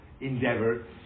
endeavor